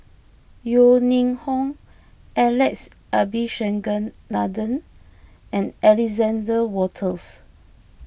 Yeo Ning Hong Alex Abisheganaden and Alexander Wolters